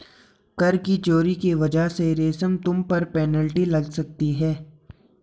कर की चोरी की वजह से रमेश तुम पर पेनल्टी लग सकती है